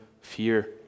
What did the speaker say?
fear